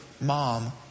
mom